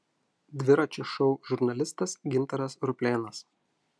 dviračio šou žurnalistas gintaras ruplėnas